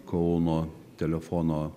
kauno telefono